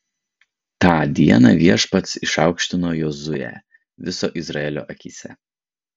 tą dieną viešpats išaukštino jozuę viso izraelio akyse